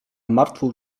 martwą